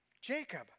Jacob